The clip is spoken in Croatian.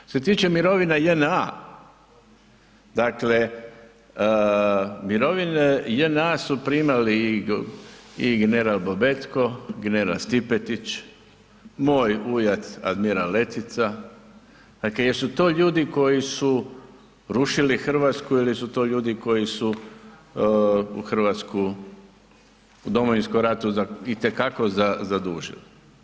Što se tiče mirovina JNA, dakle mirovine JNA su primali i general Bobetko, general Stipetić, moj ujak admiral Letica, dakle jesu to ljudi koji su rušili Hrvatsku ili su to ljudi koji su u Hrvatsku u Domovinskom ratu itekako zadužili.